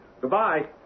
Goodbye